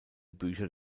bücher